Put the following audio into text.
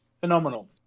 Phenomenal